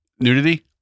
nudity